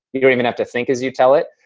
you don't even have to think as you tell it.